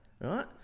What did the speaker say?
right